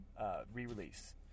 re-release